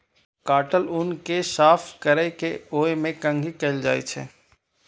काटल ऊन कें साफ कैर के ओय मे कंघी कैल जाइ छै